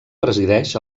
presideix